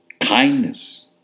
kindness